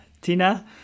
Tina